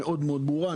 המאוד ברורה,